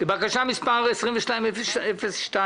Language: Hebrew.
בקשה 22-002,